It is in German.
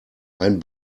ein